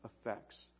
effects